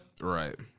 Right